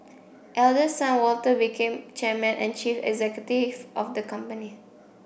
eldest son Walter became chairman and chief executive of the company